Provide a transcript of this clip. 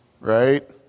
right